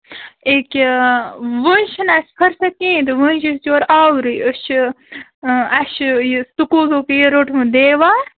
أکیٛاہ وۅنۍ چھُنا اَسہِ خٲطرٕ کِہیٖنٛۍ تہِ وُنکٮ۪ن چھِ یورٕ آورٕے أسۍ چھِ اَسہِ چھُ یہِ سکوٗلَو تہِ روٚٹمُت دیوار